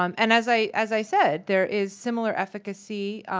um and as i as i said, there is similar efficacy,